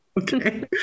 Okay